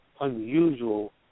unusual